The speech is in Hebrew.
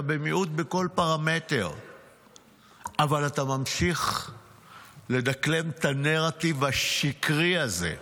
אתה במיעוט בכל פרמטר אבל אתה ממשיך לדקלם את הנרטיב השקרי הזה.